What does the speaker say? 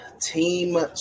Team